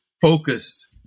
focused